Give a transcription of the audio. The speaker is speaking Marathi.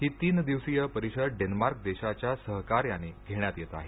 ही तीन दिवसीय परिषद डेन्मार्क देशाच्या सहकार्याने घेण्यात येत आहे